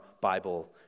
Bible